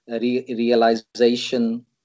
Realization